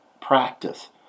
practice